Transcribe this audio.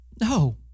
No